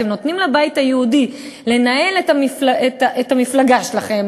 אתם נותנים לבית היהודי לנהל את המפלגה שלכם,